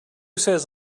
says